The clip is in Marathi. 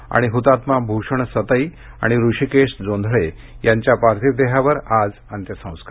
आणि ह्तात्मा भूषण सतई आणि ऋषिकेश जोंधळे यांच्या पार्थिव देहावर आज अंत्यसंस्कार